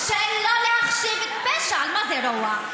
יש מולנו פשע, פשע בהנחיות הפתיחה באש, ורוע.